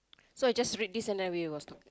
so I just read this and then we were